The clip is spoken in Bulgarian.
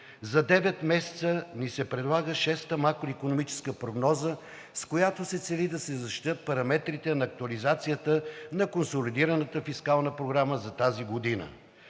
девет месеца ни се предлага шеста макроикономическа прогноза, с която се цели да се защитят параметрите на актуализацията на консолидираната фискална програма за тази година.